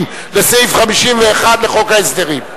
90, לסעיף 51 לחוק ההסדרים.